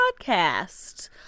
podcast